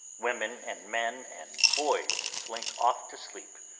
women, and men, and boys slink off to sleep,